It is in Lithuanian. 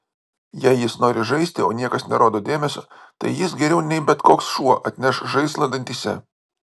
jei jis nori žaisti o niekas nerodo dėmesio tai jis geriau nei bet koks šuo atneš žaislą dantyse